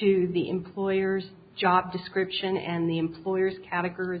to the employer's job description and the employer's categori